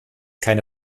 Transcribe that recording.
keine